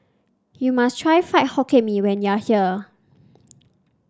you must try Fried Hokkien Mee when you are here